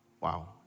Wow